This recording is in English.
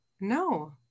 No